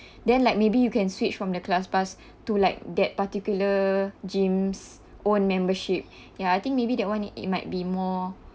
then like maybe you can switch from the classpass to like that particular gym's own membership ya I think maybe that one it might be more